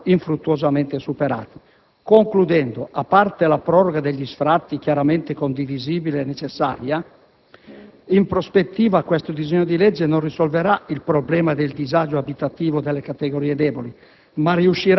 saranno infruttuosamente superati. Concludendo, a parte la proroga degli sfratti condivisibile e necessaria, questo disegno di legge in prospettiva non risolverà il problema del disagio abitativo delle categorie deboli,